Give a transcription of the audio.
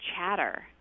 chatter